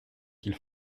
qu’il